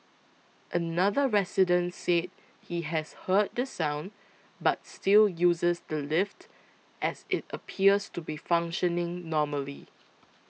another resident said he has heard the sound but still uses the lift as it appears to be functioning normally